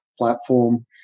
platform